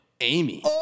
Amy